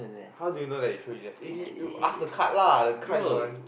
how do you know that you truly is you ask the card lah the card is the one